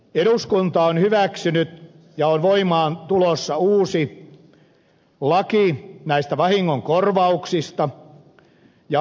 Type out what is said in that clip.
eduskunta on hyväksynyt uuden lain näistä vahingonkorvauksista ja se on tulossa voimaan